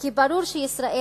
כי ברור שישראל,